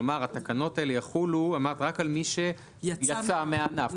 כלומר התקנות האלה יחולו רק על מי שיצא מהענף,